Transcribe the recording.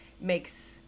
makes